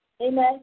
Amen